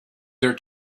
their